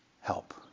help